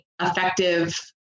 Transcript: effective